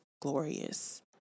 glorious